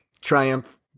triumph